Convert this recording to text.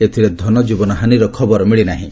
ଏଥିରେ ଧନଜୀବନ ହାନିର ଖବର ମିଳିନାହିଁ